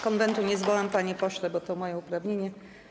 Konwentu nie zwołam, panie pośle, bo to moje uprawnienie.